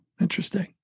interesting